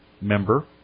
member